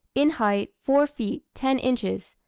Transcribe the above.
in height four feet, ten inches,